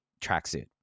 tracksuit